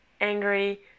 angry